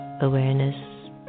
awareness